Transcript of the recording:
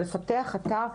ולפתח אתר,